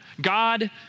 God